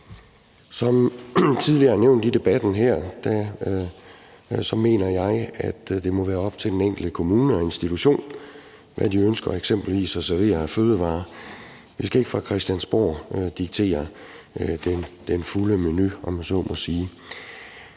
Som tidligere nævnt i debatten her mener jeg, at det må være op til den enkelte kommune og institution, hvad de eksempelvis ønsker at servere af fødevarer. Vi skal ikke fra Christiansborgs side af diktere den fulde menu, om jeg så må sige.